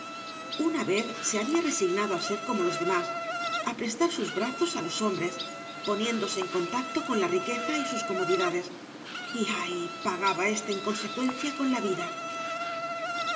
una vez se había resignado á ser como los demás á preatar sus brazos á los hombres poniéndose en contacto con la riqueza y sus comodidades y ay pagaba sta inconsecuencia con la vida